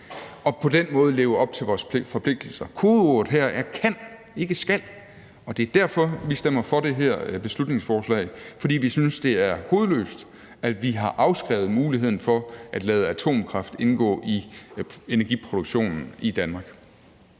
og på den måde leve op til vores forpligtelser. Kodeordet her er »kan«, ikke »skal«, og det er derfor, vi stemmer for det her beslutningsforslag. Vi synes, det er hovedløst, at vi har afskrevet muligheden for at lade atomkraft indgå i energiproduktionen i Danmark.